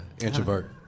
Introvert